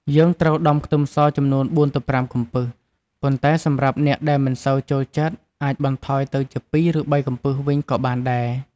យើងត្រូវដំខ្ទឹមសចំនួន ៤ទៅ៥ កំពឹស ប៉ុន្តែសម្រាប់អ្នកដែលមិនសូវចូលចិត្ត អាចបន្ថយទៅជា ២ ឬ៣ កំពឹសវិញក៏បានដែរ។